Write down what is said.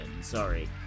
sorry